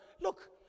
look